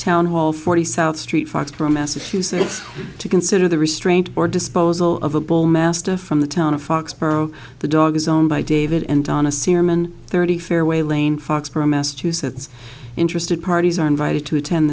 town hall forty south street foxboro massachusetts to consider the restraint or disposal of a bull mastiff from the town of fox the dog is owned by david and donna seaman thirty fairway lane foxboro massachusetts interested parties are invited to attend